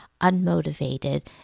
unmotivated